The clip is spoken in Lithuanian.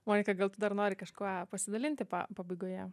monika gal dar nori kažkuo pasidalinti pabaigoje